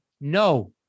no